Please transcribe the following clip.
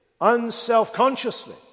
unselfconsciously